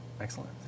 excellent